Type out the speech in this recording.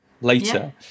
later